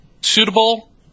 suitable